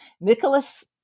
Nicholas